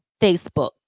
Facebook